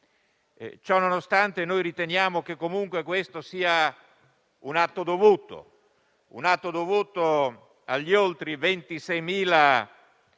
Ciononostante, riteniamo che comunque questo sia un atto dovuto nei confronti degli oltre 26.000